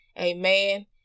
amen